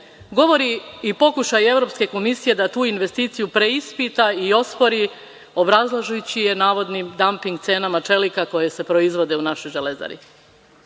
govori i pokušaj Evropske komisije da tu investiciju preispita i ospori, obrazlažući je navodnim damping cenama čelika koji se proizvode u našoj „Železari“.U